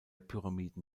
pyramiden